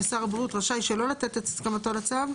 ושר הבריאות רשאי שלא לתת את הסמכתו לצו,